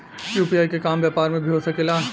UPI के काम व्यापार में भी हो सके ला?